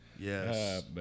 Yes